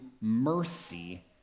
mercy